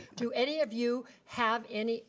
do any of you have any